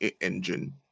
engine